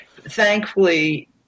thankfully